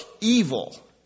evil